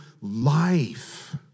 life